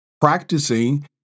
practicing